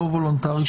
לא וולונטרי,